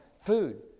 Food